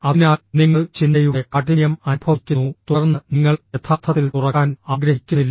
അതിനാൽ നിങ്ങൾ ചിന്തയുടെ കാഠിന്യം അനുഭവിക്കുന്നു തുടർന്ന് നിങ്ങൾ യഥാർത്ഥത്തിൽ തുറക്കാൻ ആഗ്രഹിക്കുന്നില്ല